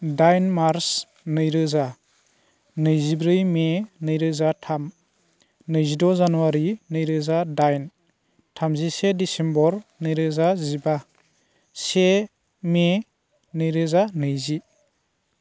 दाइन मार्स नैरोजा नैजिब्रै मे नैरोजा थाम नैजिद' जानुवारि नैरोजा दाइन थामजिसे डिसिम्बर नैरोजा जिबा से मे नैरोजा नैजि